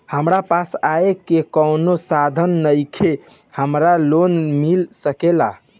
हमरा पास आय के कवनो साधन नईखे हमरा लोन मिल सकेला?